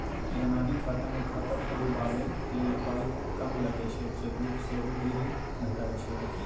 जनानी खाता मे खाता खोलबाबै लेल पाइ कम लगै छै चेकबुक सेहो फ्री भेटय छै